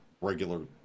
regular